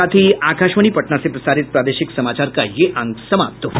इसके साथ ही आकाशवाणी पटना से प्रसारित प्रादेशिक समाचार का ये अंक समाप्त हुआ